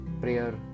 prayer